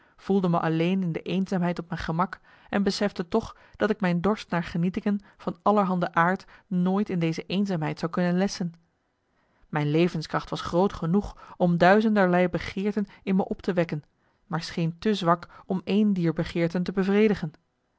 voelde me alleen in de eenzaamheid op mijn gemak en besefte toch dat ik mijn dorst naar genietingen van allerhande aard nooit in deze eenzaamheid zou kunnen lesschen mijn levenskracht was groot genoeg om duizenderlei begeerten in me op te wekken maar scheen te zwak om één dier begeerten te bevredigen